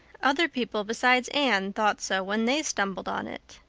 other people besides anne thought so when they stumbled on it.